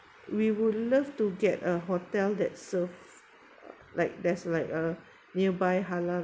we would love to get a hotel that serve like there's like a nearby halal